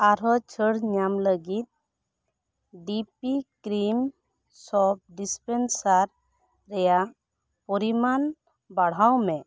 ᱟᱨᱦᱚᱸ ᱪᱷᱟ ᱲ ᱧᱟᱸᱢ ᱞᱟ ᱜᱤᱫ ᱰᱤᱯᱤ ᱠᱨᱤᱢ ᱥᱚᱵ ᱰᱤᱥᱯᱮᱱᱥᱟᱨ ᱨᱮᱭᱟᱜ ᱯᱚᱨᱤᱢᱟᱱ ᱵᱟᱲᱦᱟᱣ ᱢᱮ